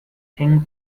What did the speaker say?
hängen